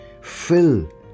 Fill